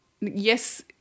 Yes